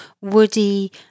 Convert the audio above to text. woody